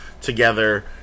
together